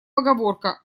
поговорка